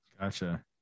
Gotcha